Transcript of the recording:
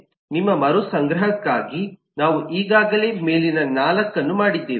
ನಿಮ್ಮ ಮರುಸಂಗ್ರಹಕ್ಕಾಗಿ ನಾವು ಈಗಾಗಲೇ ಮೇಲಿನ 4 ಅನ್ನು ಮಾಡಿದ್ದೇವೆ